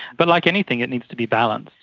but like anything, it needs to be balanced.